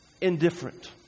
indifferent